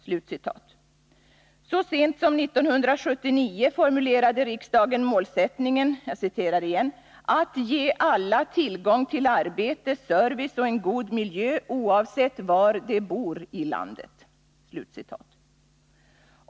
Så sent som 1979 formulerade riksdagen målsättningen ”att ge alla tillgång till arbete, service och en god miljö oavsett var de bor i landet”.